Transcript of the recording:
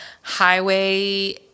highway